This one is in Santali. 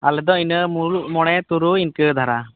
ᱟᱞᱮᱫᱚ ᱤᱱᱟᱹ ᱢᱩᱞᱩᱜ ᱢᱚᱬᱮ ᱛᱩᱨᱩᱭ ᱤᱱᱠᱟᱹ ᱫᱷᱟᱨᱟ